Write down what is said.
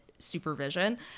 supervision